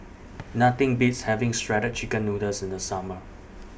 Nothing Beats having Shredded Chicken Noodles in The Summer